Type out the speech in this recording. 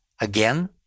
again